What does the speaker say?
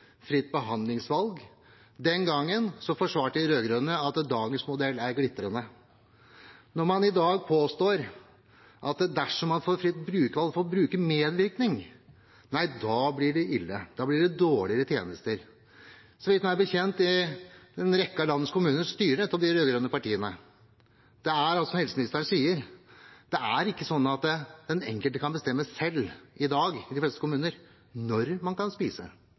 glitrende, men påstår i dag at dersom man får fritt brukervalg, får brukermedvirkning, blir det ille. Da blir det dårligere tjenester. Meg bekjent er en rekke av landets kommuner styrt av de rød-grønne partiene. Som helseministeren sier, er det ikke slik i de fleste kommuner i dag at den enkelte selv kan bestemme når man kan spise, når man kan dusje. Man